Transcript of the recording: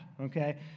okay